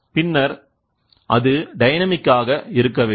பின்னர் அது டைனமிக் ஆக இருக்கவேண்டும்